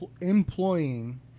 employing